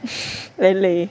very 累